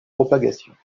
propagation